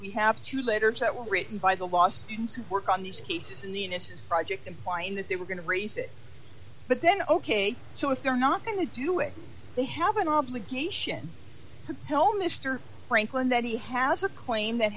we have two letters that were written by the law students who work on these cases in the innocence project and find that they were going to raise it but then ok so if they're not going to do it they have an obligation to tell mr franklin that he has a claim that